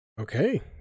Okay